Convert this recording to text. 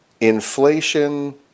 inflation